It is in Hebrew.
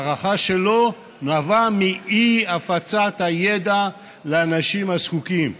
ההארכה שלו נבעה מאי-הפצת הידע לאנשים הזקוקים.